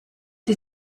die